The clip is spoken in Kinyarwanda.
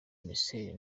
marcel